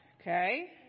Okay